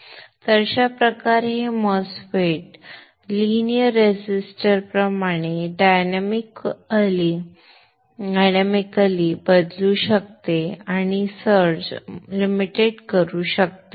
तर अशा प्रकारे हे MOSFET लिनियर रेजिस्टर प्रमाणे डायनॅमिक अली बदलू शकते आणि सर्ज मर्यादित करू शकते